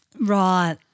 Right